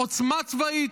עוצמה צבאית.